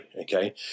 okay